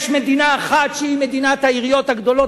יש מדינה אחת שהיא מדינת העיריות הגדולות,